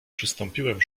przystąpiłem